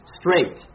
straight